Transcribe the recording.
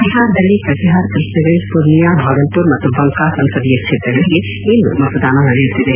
ಬಿಹಾರ್ದಲ್ಲಿ ಕಟಿಹಾರ್ ಕೃಷ್ಣಗಂಜ್ ಪುರ್ನಿಯಾ ಭಾಗಲ್ಪುರ್ ಮತ್ತು ಬಂಕಾ ಸಂಸದೀಯ ಕ್ಷೇತ್ರಗಳಿಗೆ ಇಂದು ಮತದಾನ ನಡೆಯುತ್ತಿದೆ